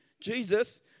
Jesus